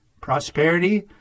prosperity